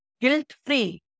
guilt-free